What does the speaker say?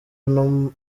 ano